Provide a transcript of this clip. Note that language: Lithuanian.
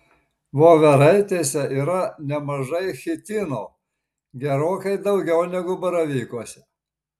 voveraitėse yra nemažai chitino gerokai daugiau negu baravykuose